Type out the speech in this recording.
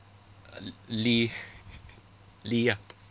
lee lee ah